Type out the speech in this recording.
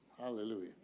Hallelujah